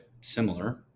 similar